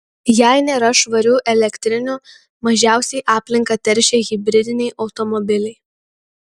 jei nėra švarių elektrinių mažiausiai aplinką teršia hibridiniai automobiliai